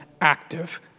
active